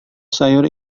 sayur